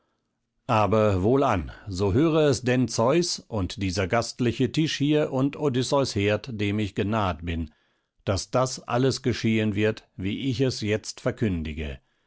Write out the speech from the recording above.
aber wohlan so höre es denn zeus und dieser gastliche tisch hier und odysseus herd dem ich genaht bin daß das alles geschehen wird wie ich es jetzt verkündige